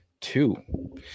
two